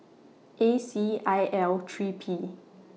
A C I L three P